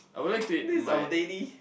this is our daily